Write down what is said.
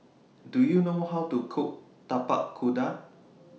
Do YOU know How to Cook Tapak Kuda